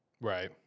Right